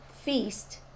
feast